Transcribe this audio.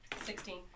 Sixteen